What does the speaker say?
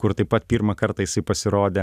kur taip pat pirmą kartą jisai pasirodė